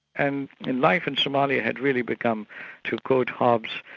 and life in somalia had really become to quote hobbes,